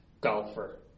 golfer